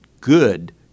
good